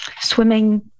swimming